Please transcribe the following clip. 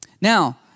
Now